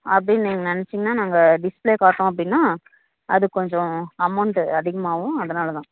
அப்படினு நீங்கள் நினச்சிங்கன்னா நாங்கள் டிஸ்பிளே காட்டனும் அப்படினா அது கொஞ்சம் அமௌன்ட் அதிகமாவும் அதனால் தான்